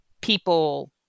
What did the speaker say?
people